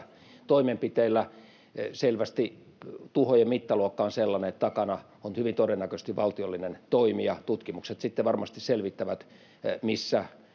toimenpiteillä. Selvästi tuhojen mittaluokka on sellainen, että takana on hyvin todennäköisesti valtiollinen toimija. Tutkimukset sitten varmasti selvittävät, mistä